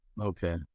Okay